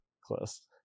Close